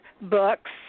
books